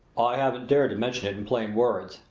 i haven't dared to mention it in plain words,